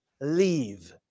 leave